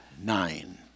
nine